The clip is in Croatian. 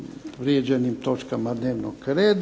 prijeđenim točkama dnevnog reda,